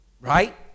Right